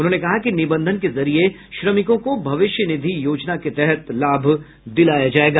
उन्होंने कहा कि निबंधन के जरिये श्रमिकों को भविष्य निधि योजना के तहत लाभ दिलाया जायेगा